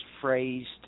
phrased